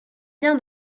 bien